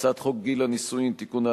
הצעת חוק גיל הנישואין (תיקון,